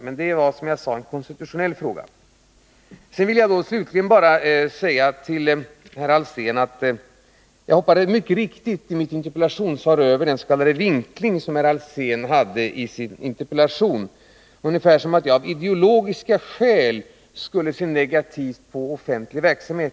Men det är, som jag sade, en konstitutionell fråga. Sedan vill jag slutligen bara säga till herr Alsén: Jag hoppade mycket riktigt i mitt interpellationssvar över den s.k. vinkling som herr Alsén hade i sin interpellation. Den gällde ungefär att jag av ideologiska skäl skulle se negativt på offentlig verksamhet.